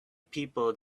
people